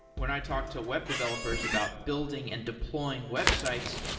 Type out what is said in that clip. when i talk to web developers about building and deploying websites,